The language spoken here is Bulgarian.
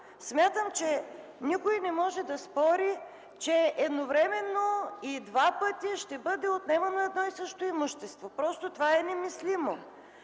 Смятам, че никой не може да спори, че едновременно и два пъти ще бъде отнемано едно и също имущество – това просто е немислимо.